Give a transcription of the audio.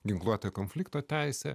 ginkluoto konflikto teisė